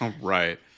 Right